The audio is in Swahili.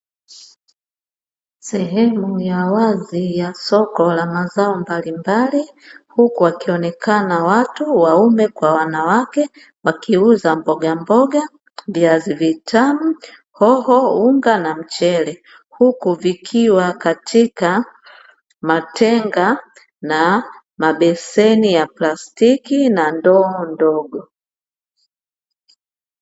Sehemu ya wazi ya soko la mazao mbalimbali huku wakionekana watu waume kwa wanawake wakiuza mbogamboga, Viazi vitamu , Hoho, Unga na Mchele. Huku vikiwa katika matenga na mabeseni ya plastiki na ndoo ndogo.